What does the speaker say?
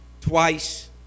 Twice